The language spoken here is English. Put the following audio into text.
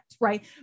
right